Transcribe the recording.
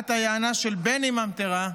בת היענה של בני ממטרה,